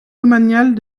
domaniale